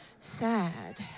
Sad